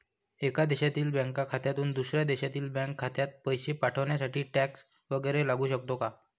एका देशातील बँक खात्यातून दुसऱ्या देशातील बँक खात्यात पैसे पाठवण्यासाठी टॅक्स वैगरे लागू शकतो का?